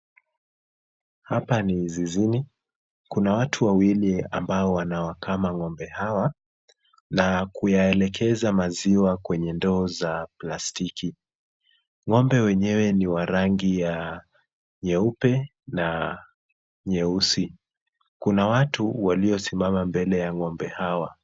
Hapa ni zizini, kuna watu wawili ambao wanawakama ng'ombe hawa na kuyaelekeza maziwa kwenye ndoo za plastiki, ng'ombe wenyewe ni wa rangi ya nyeupe na nyeusi, kuna watu waliosimama mbele ya ng'ombe hawa.